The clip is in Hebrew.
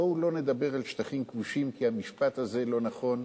בואו לא נדבר על שטחים כבושים כי המשפט הזה לא נכון,